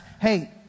Hey